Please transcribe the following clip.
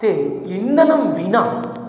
ते इन्धनं विना